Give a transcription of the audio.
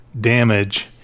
damage